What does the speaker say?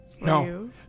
No